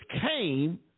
came